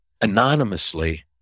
anonymously